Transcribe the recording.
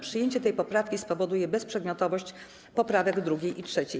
Przyjęcie tej poprawki spowoduje bezprzedmiotowość poprawek 2. i 3.